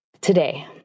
today